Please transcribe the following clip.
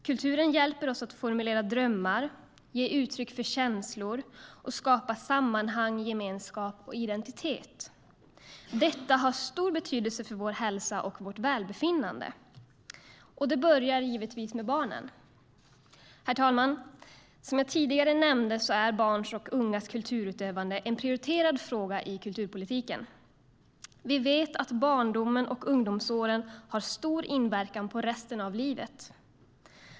Kultur hjälper oss att formulera drömmar, ge uttryck för känslor och skapa sammanhang, gemenskap och identitet. Detta har stor betydelse för vår hälsa och vårt välbefinnande. Och det börjar givetvis med barnen. Herr talman! Som jag tidigare nämnde är barns och ungas kulturutövande en prioriterad fråga i kulturpolitiken. Vi vet att barndomen och ungdomsåren har stor inverkan på resten av livet.